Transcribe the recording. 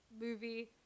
movie